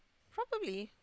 probably